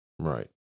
Right